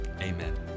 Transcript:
amen